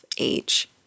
age